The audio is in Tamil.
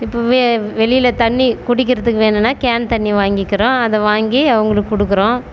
இப்போ வெ வெளியில் தண்ணி குடிக்கிறத்துக்கு வேணுன்னால் கேன் தண்ணி வாங்கிக்கிறோம் அதை வாங்கி அவங்களுக்குக் கொடுக்குறோம்